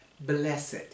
Blessed